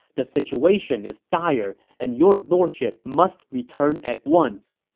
the situation is dire, and your lordship must return at once!